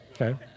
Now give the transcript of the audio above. okay